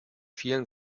vielen